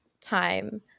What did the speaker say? time